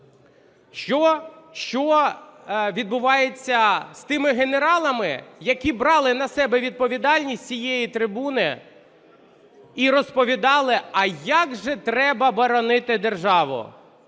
Що відбувається з тими генералами, які брали на себе відповідальність з цієї трибуни і розповідали, а як же треба боронити державу.